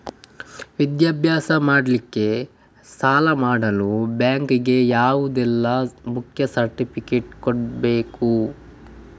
ವಿದ್ಯಾಭ್ಯಾಸ ಮಾಡ್ಲಿಕ್ಕೆ ಸಾಲ ಮಾಡಲು ಬ್ಯಾಂಕ್ ಗೆ ಯಾವುದೆಲ್ಲ ಮುಖ್ಯ ಸರ್ಟಿಫಿಕೇಟ್ ಕೊಡ್ಬೇಕು?